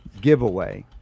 giveaway